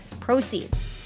proceeds